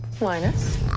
Linus